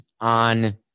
on